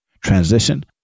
transition